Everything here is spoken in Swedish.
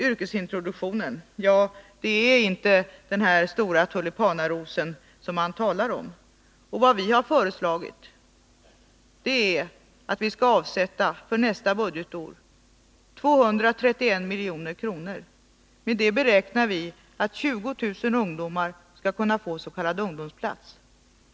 Yrkesintroduktionen är inte den tulipanaros som man velat göra den till. Vi har föreslagit att man skall avsätta 231 milj.kr. för nästa budgetår. För det beräknar vi att 20000 ungdomar skall få s.k. ungdomsplats.